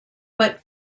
but